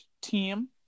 team